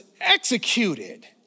executed